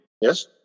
Yes